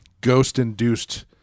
ghost-induced